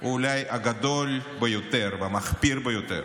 הוא אולי הגדול ביותר והמחפיר ביותר.